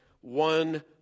one